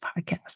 podcast